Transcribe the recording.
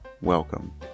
welcome